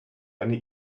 eine